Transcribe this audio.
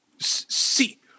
See